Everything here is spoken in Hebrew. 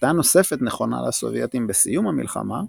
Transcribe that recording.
הפתעה נוספת נכונה לסובייטים בסיום המלחמה,